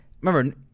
remember